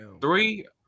Three